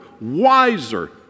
wiser